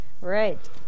Right